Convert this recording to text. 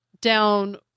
down